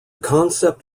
concept